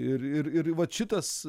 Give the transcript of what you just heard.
ir ir ir vat šitas